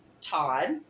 Todd